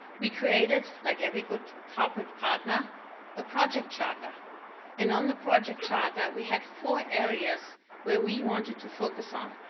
we created like every good corporate partner a project charter and on the project charter we had four areas where we wanted to focus on.